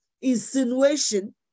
insinuation